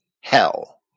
hell